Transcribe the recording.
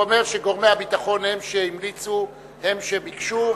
הוא אומר שגורמי הביטחון הם שהמליצו והם שביקשו,